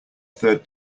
third